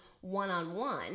one-on-one